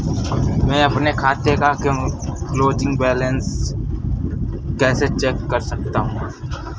मैं अपने खाते का क्लोजिंग बैंक बैलेंस कैसे चेक कर सकता हूँ?